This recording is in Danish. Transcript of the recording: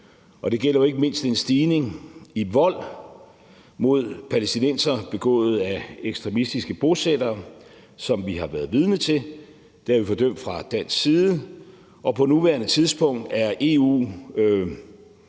nu. Det gælder jo ikke mindst en stigning i vold mod palæstinensere begået af ekstremistiske bosættere, som vi har været vidne til. Det har vi fordømt fra dansk side, og på nuværende tidspunkt er EU